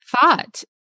thought